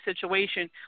situation